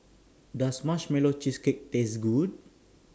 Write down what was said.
Does Marshmallow Cheesecake Taste Good